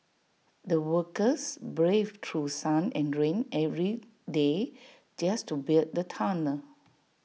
the workers braved through sun and rain every day just to build the tunnel